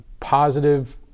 positive